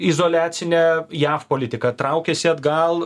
izoliacine jav politika traukiasi atgal